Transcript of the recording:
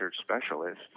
specialist